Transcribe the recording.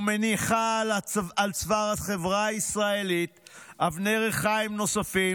מניחה על צוואר החברה הישראלית אבני ריחיים נוספות